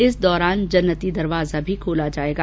इस दौरान जन्नती दरवाजा भी खोला जाएगा